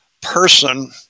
person